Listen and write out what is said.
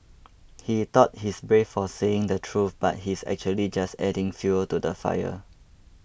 he thought he's brave for saying the truth but he's actually just adding fuel to the fire